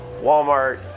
Walmart